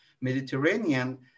Mediterranean